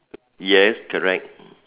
yes correct